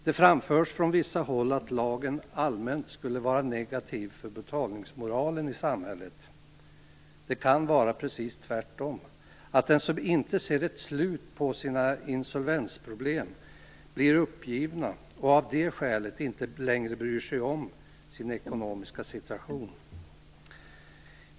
Från vissa håll har det framförts att lagen allmänt skulle vara negativ för betalningsmoralen i samhället. Det kan vara precis tvärtom att de som inte ser ett slut på sina insolvensproblem blir uppgivna och av det skälet inte längre bryr sig om sin ekonomiska situation.